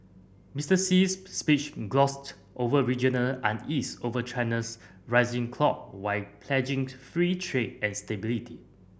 Mister Xi's speech glossed over regional unease over China's rising clout while pledging free trade and stability